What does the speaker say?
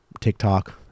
TikTok